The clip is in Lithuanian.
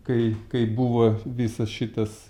kai kai buvo visas šitas